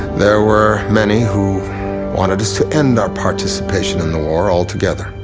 there were many who wanted us to end our participation in the war, altogether.